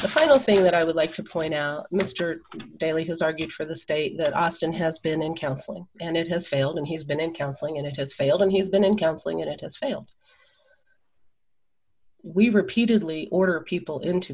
don't think that i would like to point out mr daley has argued for the state that austin has been in counseling and it has failed and he's been in counseling and it has failed and he's been in counseling and it has failed we repeatedly order people into